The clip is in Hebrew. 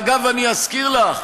ואגב, אני אזכיר לך: